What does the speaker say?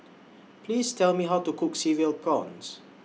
Please Tell Me How to Cook Cereal Prawns